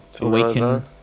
awaken